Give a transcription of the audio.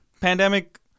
pandemic